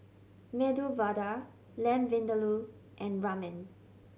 Medu Vada Lamb Vindaloo and Ramen